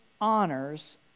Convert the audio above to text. honors